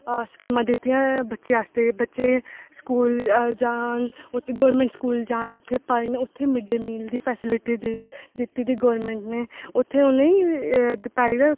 स्कीमां दित्ती दियां ना बच्चें आस्तै बच्चे स्कूल जाह्न उत्थै गवर्नमेंट स्कूल जाह्न उत्थै पढ़न उत्थै मिड डे मील दी फेसीलिटी दित्ती दी गवर्नमैंट ने उत्थै उनेंगी दपैह्री दा